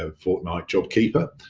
ah fortnight jobkeeper.